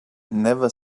never